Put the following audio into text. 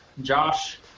Josh